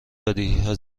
دادیا